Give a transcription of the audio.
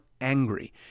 angry